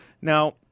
Now